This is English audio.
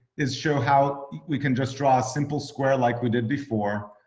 is show how we can just draw a simple square like we did before.